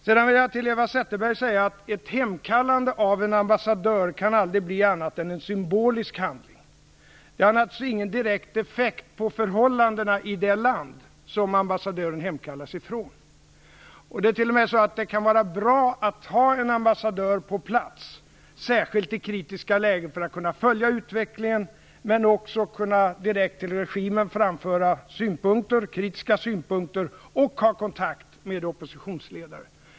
Sedan vill jag till Eva Zetterberg säga att ett hemkallande av en ambassadör aldrig kan bli något annat än en symbolisk handling. Det har naturligtvis ingen direkt effekt på förhållandena i det land som ambassadören hemkallas ifrån. Det är t.o.m. så att det kan vara bra att ha en ambassadör på plats, särskilt i kritiska lägen, för att kunna följa utvecklingen, men också för att direkt till regimen framföra kritiska synpunkter och ha kontakt med oppositionsledare.